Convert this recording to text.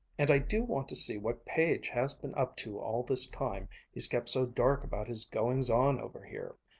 and i do want to see what page has been up to all this time he's kept so dark about his goings-on over here.